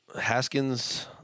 Haskins